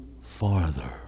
farther